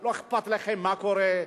לא אכפת לכם מה קורה,